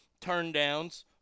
Turndowns